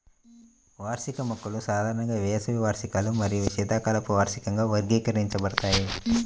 వార్షిక మొక్కలు సాధారణంగా వేసవి వార్షికాలు మరియు శీతాకాలపు వార్షికంగా వర్గీకరించబడతాయి